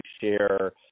share